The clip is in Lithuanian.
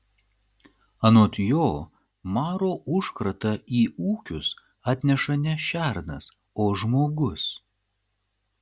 anot jo maro užkratą į ūkius atneša ne šernas o žmogus